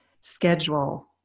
schedule